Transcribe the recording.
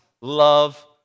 love